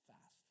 fast